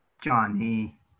Johnny